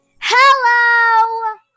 Hello